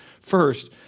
First